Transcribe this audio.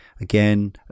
Again